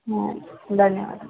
ಹಾಂ ಧನ್ಯವಾದ